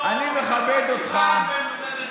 אני מכבד אותך.